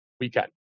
weekend